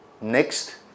next